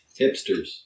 Hipsters